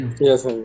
yes